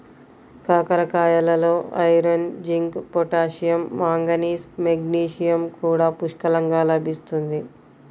కాకరకాయలలో iron, zinc, potassium, manganese, magnesium కూడా పుష్కలంగా లభిస్తుంది